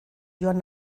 joan